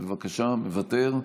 מוותר,